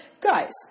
Guys